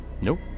Nope